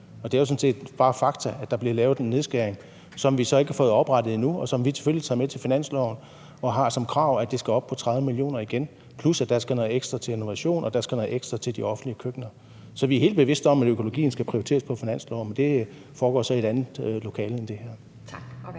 Det er jo sådan set bare fakta, at der blev lavet en nedskæring, som vi så ikke har fået oprettet endnu, og det tager vi selvfølgelig med til finanslovsforhandlingerne, og vi har som krav, at det skal op på 30 mio. kr. igen, plus at der skal noget ekstra til innovation og der skal noget ekstra til de offentlige køkkener. Så vi er helt bevidste om, at økologien skal prioriteres på finansloven, men det foregår så i et andet lokale end det her.